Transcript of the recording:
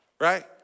Right